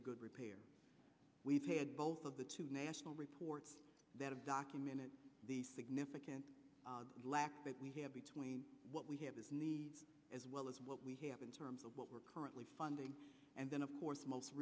of good repair we've had both of the two national reports that have documented the significant lack that we have between what we have as need as well as what we have in terms of what we're currently funding and then of course most